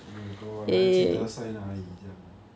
oh my god 还要记得塞那里这样